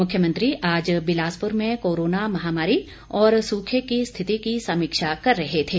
मुख्यमंत्री आज बिलासपुर में कोरोना महामारी और सूखे की स्थिति की समीक्षा कर रहे थे